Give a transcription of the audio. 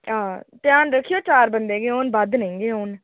हां ध्यान रक्खेओ चार बंदे गै होन बद्ध नेईं गै होन